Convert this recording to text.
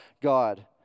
God